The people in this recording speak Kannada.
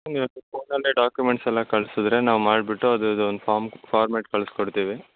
ನೀವು ಫೋನಲ್ಲೇ ಡಾಕ್ಯುಮೆಂಟ್ಸ್ ಎಲ್ಲ ಕಳ್ಸಿದ್ರೆ ನಾವು ಮಾಡಿಬಿಟ್ಟು ಅದರದ್ದು ಒಂದು ಫಾಮ್ ಫಾರ್ಮೇಟ್ ಕಳ್ಸಿ ಕೊಡ್ತೀವಿ